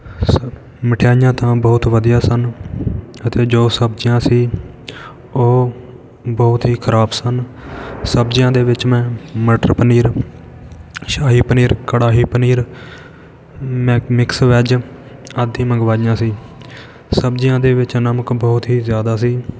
ਸਵ ਮਿਠਾਈਆਂ ਤਾਂ ਬਹੁਤ ਵਧੀਆ ਸਨ ਅਤੇ ਜੋ ਸਬਜ਼ੀਆਂ ਸੀ ਉਹ ਬਹੁਤ ਹੀ ਖਰਾਬ ਸਨ ਸਬਜ਼ੀਆਂ ਦੇ ਵਿੱਚ ਮੈਂ ਮਟਰ ਪਨੀਰ ਸ਼ਾਹੀ ਪਨੀਰ ਕੜਾਹੀ ਪਨੀਰ ਮੇਕ ਮਿਕਸ ਵੈੱਜ ਆਦਿ ਮੰਗਵਾਈਆਂ ਸੀ ਸਬਜ਼ੀਆਂ ਦੇ ਵਿੱਚ ਨਮਕ ਬਹੁਤ ਹੀ ਜ਼ਿਆਦਾ ਸੀ